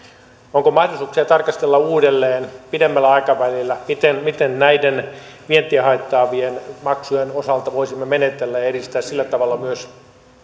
onko mahdollisuuksia tarkastella uudelleen pidemmällä aikavälillä miten miten näiden vientiä haittaavien maksujen osalta voisimme menetellä ja edistää sillä tavalla myös